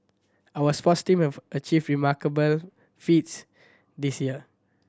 our sports team have achieved remarkable feats this year